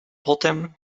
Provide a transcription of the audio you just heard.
potem